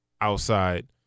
outside